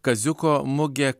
kaziuko mugė